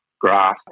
grass